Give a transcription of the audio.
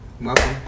welcome